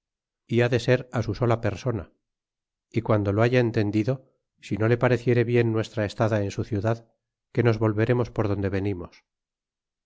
ha de ser su sola persona y guando lo haya entendido si no le pareciere bien nuestra estada en su ciudad que nos volveremos por donde venimos